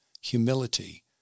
humility